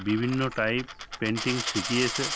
বিভিন্ন type painting শিখিয়েছে